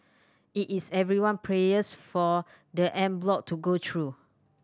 it is everyone prayers for the en bloc to go through